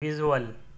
visual